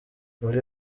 muri